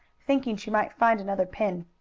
thinking she might find another pin.